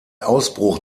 ausbruch